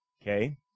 okay